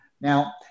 Now